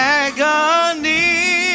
agony